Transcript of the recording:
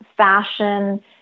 fashion